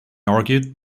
argued